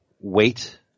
wait